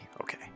okay